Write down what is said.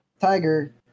Tiger